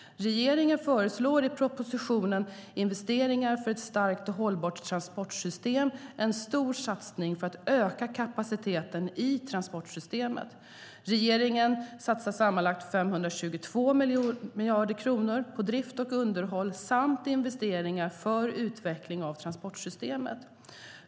Regeringen föreslår i proposition 2012/13:25 Investeringar för ett starkt och hållbart transportsystem en stor satsning för att öka kapaciteten i transportsystemet. Regeringen satsar sammanlagt 522 miljarder kronor på drift och underhåll samt investeringar för utveckling av transportsystemet.